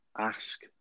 ask